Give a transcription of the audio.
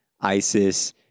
ISIS